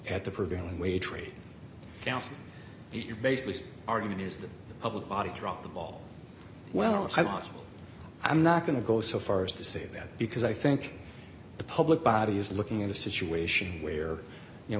at the prevailing wage rate now you're basically argument is that the public body dropped the ball well i'm not i'm not going to go so far as to say that because i think the public body is looking at a situation where you know